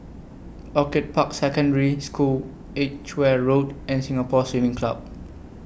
Orchid Park Secondary School Edgeware Road and Singapore Swimming Club